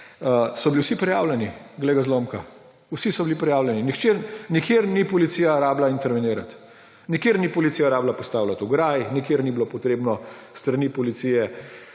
so bili vsi prijavljeni, glej ga zlomka, vsi so bili prijavljeni. Nikjer ni policija rabila intervenirati, nikjer ni policija rabila postavljati ograj, nikjer ni bilo potrebno s strani policije